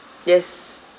yes